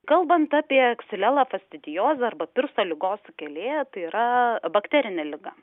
kalbant apie xylella fastidiosa arba pirso ligos sukėlėją tai yra bakterinė liga